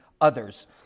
others